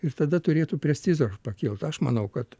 ir tada turėtų prestižas pakilt aš manau kad